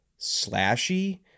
slashy